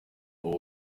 ubu